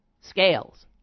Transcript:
scales